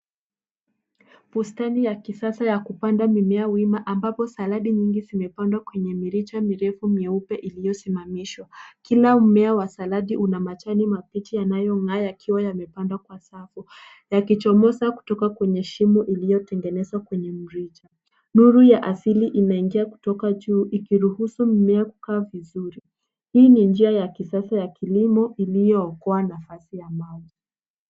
Bustani ya kisasa ya kupanda mimea wima ambapo saladi nyingi zimepandwa kwenye mirija mirefu mieupe iliyosimamishwa. Kila mmea wa saladi una majani mabichi yanayong'aa yakiwa yamepandwa kwa safu, yakichomoza kutoka kwenye shimo iliyotengenezwa kwenye mrija. Nuru ya asili inaingia kutoka juu ikiruhusu mimea kukaa vizuri. Hii ni njia ya kisasa ya kilimo iliyookoa nafasi ya mawe.